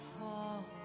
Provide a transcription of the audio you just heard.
fall